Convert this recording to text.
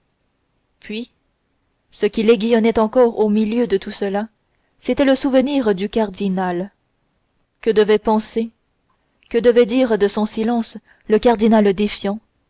puis ce qui l'aiguillonnait encore au milieu de tout cela c'était le souvenir du cardinal que devait penser que devait dire de son silence le cardinal défiant